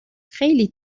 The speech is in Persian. خیلی